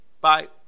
Bye